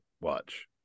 watch